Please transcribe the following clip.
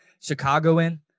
Chicagoan